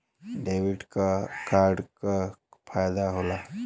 Debit card क का फायदा हो ला?